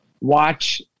watch